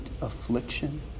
affliction